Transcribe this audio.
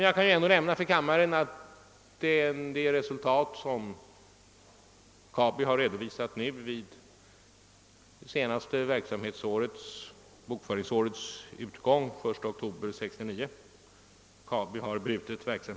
Jag kan emellertid för kammarens ledamöter nämna vissa uppgifter om de resultat Kabi nu vid det senaste bokföringsårets utgång den 1 oktober 1969 redovisar. Kabi har nämligen brutet räkenskapsår.